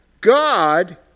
God